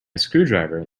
screwdriver